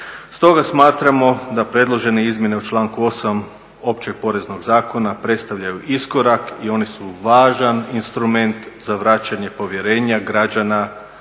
Stoga smatramo da predložene izmjene u članku 8. Općeg poreznog zakona predstavljaju iskorak i one su važan instrument za vraćanje povjerenja građana